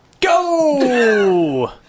Go